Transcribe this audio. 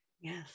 Yes